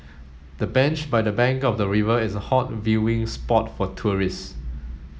the bench by the bank of the river is a hot viewing spot for tourists